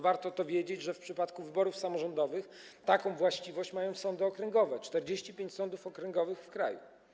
Warto wiedzieć, że w przypadku wyborów samorządowych taką właściwość mają sądy okręgowe, 45 sądów okręgowych w kraju.